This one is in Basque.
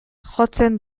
jotzen